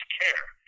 care